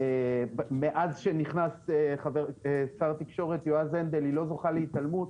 מאז שנכנס שר התקשרות יועז הנדל היא לא זוכה להתעלמות,